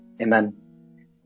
Amen